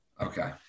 Okay